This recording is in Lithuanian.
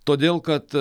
todėl kad